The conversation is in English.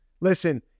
Listen